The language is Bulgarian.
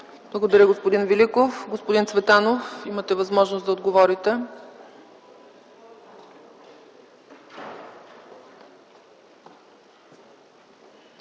Благодаря, господин Великов. Господин Цветанов, имате възможност да отговорите.